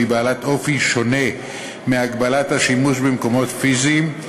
והיא בעלת אופי שונה מהגבלת השימוש במקומות פיזיים,